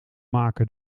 maken